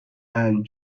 and